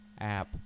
app